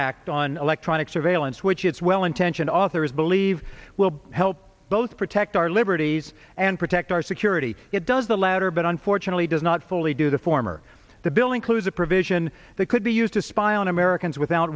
act on electronic surveillance which its well intentioned authors believe will help both protect our liberties and protect our security it does the latter but unfortunately does not fully do the former the bill includes a provision that could be used to spy on americans without